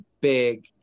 big